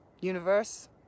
Universe